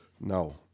No